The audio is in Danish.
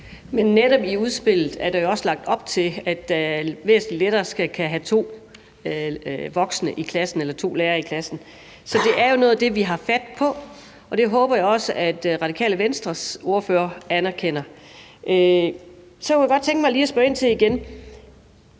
er jo i udspillet netop også lagt op til, at det skal være væsentlig lettere at kunne have to voksne eller to lærere i klassen. Så det er jo noget af det, vi har fat på, og det håber jeg også at Radikale Venstres ordfører anerkender. Så kunne jeg igen godt lige tænke mig at spørge ind til: